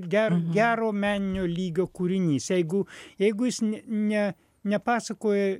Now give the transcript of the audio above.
ger gero meninio lygio kūrinys jeigu jeigu jis ne ne nepasakoja